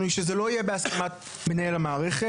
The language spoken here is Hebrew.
היא שזה לא יהיה בהסכמת מנהל המערכת,